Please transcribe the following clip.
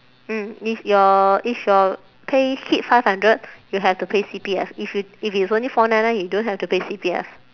mm if your if your pay hit five hundred you have to pay C_P_F if you if it's only four nine nine you don't have to pay C_P_F